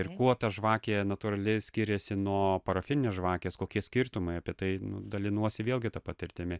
ir kuo ta žvakė natūrali skiriasi nuo parafininės žvakės kokie skirtumai apie tai dalinuosi vėlgi ta patirtimi